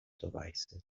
devices